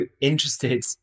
interested